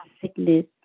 sickness